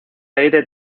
aire